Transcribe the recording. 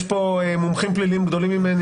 יש פה מומחים פליליים גדולים ממני.